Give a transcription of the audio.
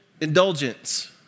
indulgence